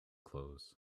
clothes